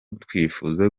twifuza